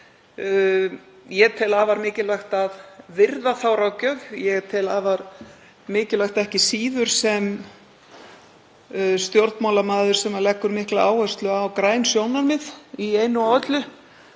Ég tel afar mikilvægt að virða þá ráðgjöf. Ég tel afar mikilvægt, ekki síður sem stjórnmálamaður sem leggur mikla áherslu á græn sjónarmið í einu og öllu,